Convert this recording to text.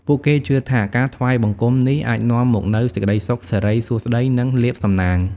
ពួកគេជឿថាការថ្វាយបង្គំនេះអាចនាំមកនូវសេចក្តីសុខ សិរីសួស្តី និងលាភសំណាង។